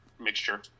mixture